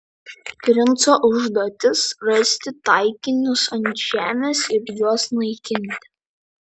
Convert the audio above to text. princo užduotis rasti taikinius ant žemės ir juos naikinti